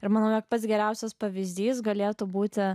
ir manau jog pats geriausias pavyzdys galėtų būti